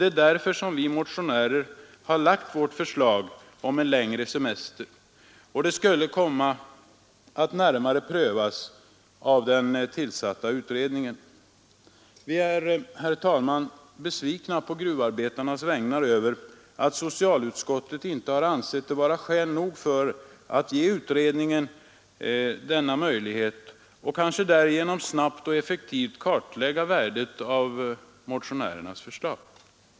Det är därför som vi motionärer har lagt vårt förslag om en längre semester och att detta skulle komma att närmare prövas av den tillsatta utredningen. Vi är, herr talman, besvikna på gruvarbetarnas vägnar över att socialutskottet inte ansett detta vara skäl nog för att ge utredningen denna möjlighet och därigenom snabbt och effektivt kartlägga värdet av motionärernas förslag.